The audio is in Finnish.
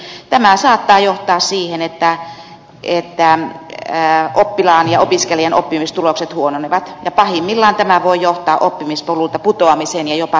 tämä saattaa johtaa siihen että oppilaan ja opiskelijan oppimistulokset huononevat ja pahimmillaan tämä voi johtaa oppimispolulta putoamiseen ja jopa syrjäytymiseen